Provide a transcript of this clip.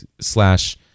slash